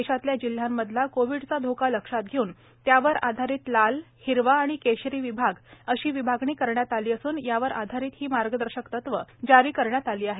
देशातल्या जिल्ह्यांमधला कोविडचा धोका लक्षात घेऊन त्यावर आधारित लाल हॉट स्पॉट हिरवा आणि केशरी विभाग अशी विभागणी करण्यात आली असून यावर आधारित ही मार्गदर्शक तत्वे जारी करण्यात आली आहेत